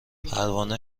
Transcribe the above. پروانه